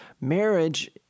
marriage